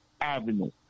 Avenue